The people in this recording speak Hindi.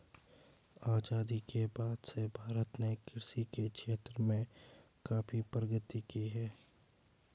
आजादी के बाद से भारत ने कृषि के क्षेत्र में काफी प्रगति की है